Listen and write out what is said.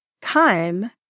time